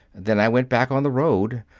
then i went back on the road.